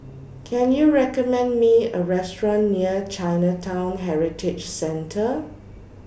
Can YOU recommend Me A Restaurant near Chinatown Heritage Centre